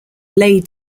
lay